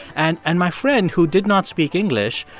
and and my friend, who did not speak english,